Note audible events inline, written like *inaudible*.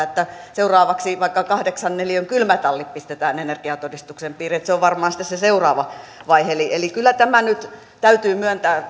*unintelligible* että seuraavaksi vaikka kahdeksan neliön kylmätallit pistetään energiatodistuksen piiriin emme kai me nyt siitä lähde se on varmaan sitten se seuraava vaihe eli eli kyllä myös teidän hallituspuolueiden jäsenten täytyy nyt myöntää